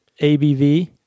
ABV